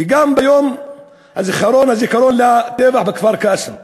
וגם ביום הזיכרון לטבח בכפר-קאסם,